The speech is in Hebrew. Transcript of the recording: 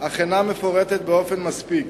אך אינה מפורטת באופן מספיק.